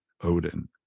Odin